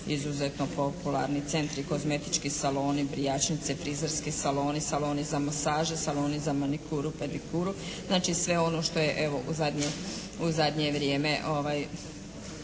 izuzetno popularni, centri, kozmetički saloni, brijačnice, frizerski saloni, saloni za masaže, saloni za manikuru, pedikuru. Znači sve ono što je evo u zadnje vrijeme